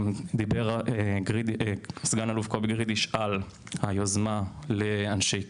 דיבר סגן אלוף קובי גרידיש על היוזמה לאנשי קבע.